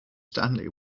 stanley